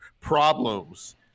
problems